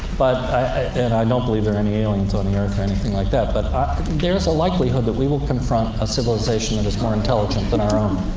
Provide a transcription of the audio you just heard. but and i don't believe there are any aliens on the earth or anything like that. but there's a likelihood that we will confront a civilization that is more intelligent than our um